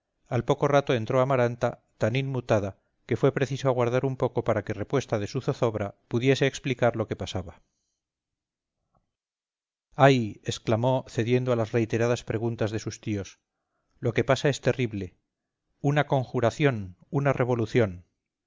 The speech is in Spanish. al poco rato entró amaranta tan inmutada que fue preciso aguardar un poco para que repuesta de su zozobra pudiese explicar lo que pasaba ay exclamó cediendo a las reiteradas preguntas de sus tíos lo que pasa es terrible una conjuración una revolución